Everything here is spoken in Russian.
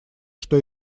что